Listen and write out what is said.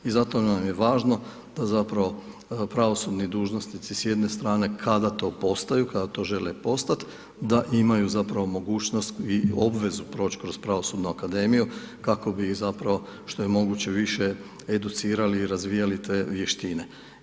I zato nam je važno, da zapravo pravosudni dužnosnici, s jedne strane, kada to postaju, kada to žele postati, da imaju zapravo mogućnost i obvezu proći kroz pravosudnu akademiju, ako bi ih zapravo što je moguće više, educirali i razvijali te vještine.